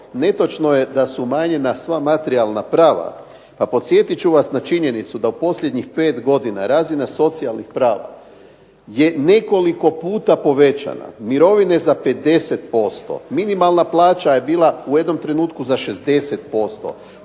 netočno je da su umanjena sva materijalna prava. Pa podsjetit ču vas na činjenicu da u posljednjih pet godina razina socijalnih prava je nekoliko puta povećana, mirovine za 50%, minimalna plaća je bila u jednom trenutku za 60%,